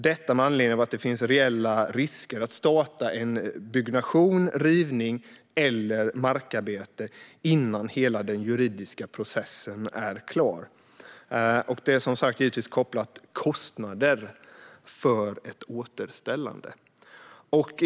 Det gör de eftersom det finns reella risker med att starta en byggnation, rivning eller markarbete innan hela den juridiska processen är klar. Det är givetvis kopplat till kostnader för återställande. Fru talman!